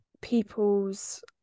people's